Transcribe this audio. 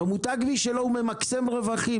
במותג משלו הוא ממקסם רווחים,